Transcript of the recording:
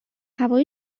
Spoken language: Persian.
هوای